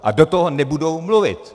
A do toho nebudou mluvit.